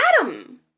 Adam